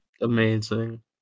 Amazing